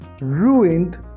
ruined